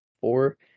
Four